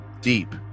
deep